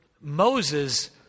Moses